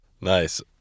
Nice